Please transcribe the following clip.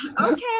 Okay